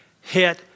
hit